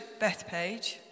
Bethpage